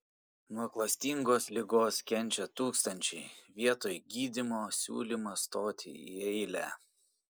nuo klastingos ligos kenčia tūkstančiai vietoj gydymo siūlymas stoti į eilę